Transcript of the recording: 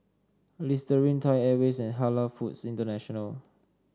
Listerine Thai Airways and Halal Foods International